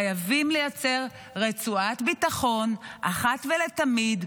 חייבים לייצר רצועת ביטחון אחת ולתמיד,